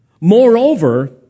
Moreover